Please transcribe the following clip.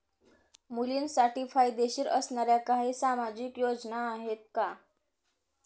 मुलींसाठी फायदेशीर असणाऱ्या काही सामाजिक योजना आहेत का?